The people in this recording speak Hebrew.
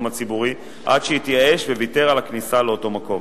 הציבורי עד שהתייאש וויתר על הכניסה לאותו מקום.